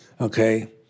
Okay